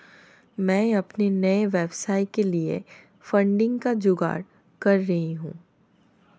मैं अपने नए व्यवसाय के लिए फंडिंग का जुगाड़ कर रही हूं